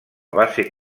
base